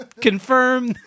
confirm